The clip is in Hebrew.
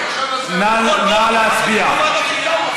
נא להצביע.